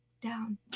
down